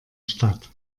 statt